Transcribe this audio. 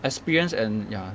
experience and ya